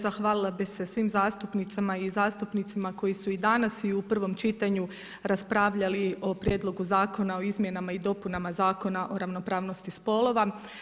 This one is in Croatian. Zahvalila bi se svim zastupnicama i zastupnicima koji su i danas i u prvom čitanju raspravljali o Prijedlogu zakona o izmjenama i dopunama Zakona o ravnopravnosti spolova.